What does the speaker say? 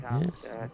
yes